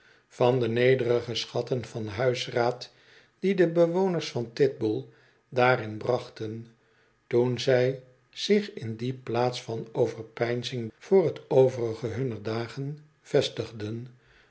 van de nederige schatten van huisraad die de bewoners van titbull daarin brachten toen zij zich in die plaats van overpeinzing voor t overige hunner dagen vestigden